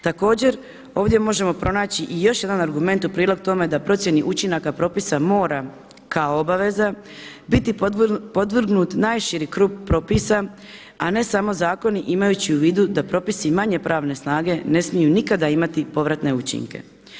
Također ovdje možemo pronaći i još jedan argument u prilog tome da procjeni učinaka propisa mora kao obaveza biti podvrgnut najširi krug propisa, a ne samo zakoni imajući u vidu da propisi manje pravne snage ne smiju nikada imati povratne učinke.